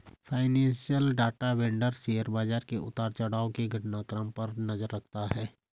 financial data vendor share बाजार के उतार चढ़ाव के घटनाक्रम पर नजर रखता है